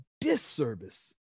disservice